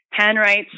handwrites